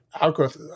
Outgrowth